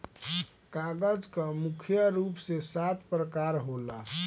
कागज कअ मुख्य रूप से सात प्रकार होला